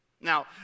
Now